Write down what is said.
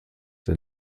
der